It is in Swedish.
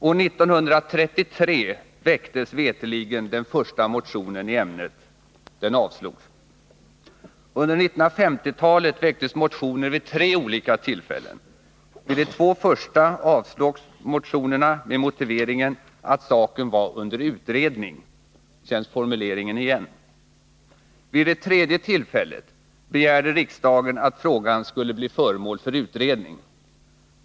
År 1933 väcktes veterligen den första motionen i ämnet. Den avslogs. Under 1950-talet väcktes motioner vid tre olika tillfällen. Vid de två första avslogs motionerna med motiveringen att saken var under utredning — känns formuleringen igen? Vid det tredje tillfället begärde riksdagen att frågan skulle bli föremål för utredning.